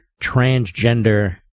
Transgender